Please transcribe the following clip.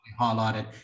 highlighted